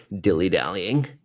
dilly-dallying